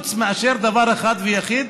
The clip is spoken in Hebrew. חוץ מאשר דבר אחד ויחיד: